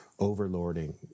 overlording